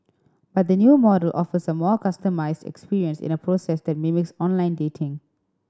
but the new model offers a more customised experience in a process that mimics online dating